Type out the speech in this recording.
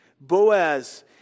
Boaz